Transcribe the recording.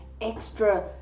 extra